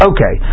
Okay